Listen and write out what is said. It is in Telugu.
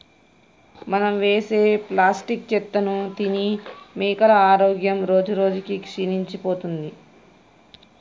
మనం వేసే ప్లాస్టిక్ చెత్తను తిని మేకల ఆరోగ్యం రోజురోజుకి క్షీణించిపోతుంది